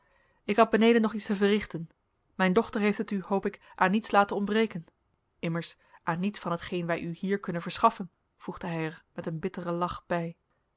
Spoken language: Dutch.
ik had beneden nog iets te verrichten mijn dochter heeft het u hoop ik aan niets laten ontbreken immers aan niets van hetgeen wij u hier kunnen verschaffen voegde hij er met een bitteren lach bij